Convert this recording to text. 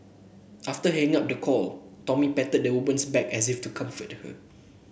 after hanging up the call Tommy patted the woman's back as if to comfort her